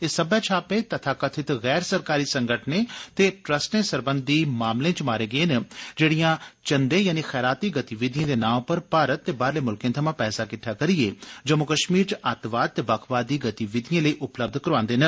एह सब्बै छापे कथाकथित गैर सरकारी संगठनैं ते ट्रस्टॅ सरबंधी मामले च मारे गे जेड़िया चंदे यानी खेराती गतिविधियें दे नां पर भारत ते बाहरले मुल्खे थमां पैसा किद्वा करियै जम्मू कश्मीर च अतवाद ते बक्खवादी गतिविधियँ लेई उपलब्ध करादे न